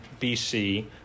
BC